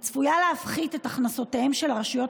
היא צפויה להפחית את הכנסותיהן של הרשויות